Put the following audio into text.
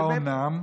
האומנם?